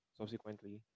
subsequently